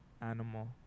animal